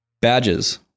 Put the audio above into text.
Badges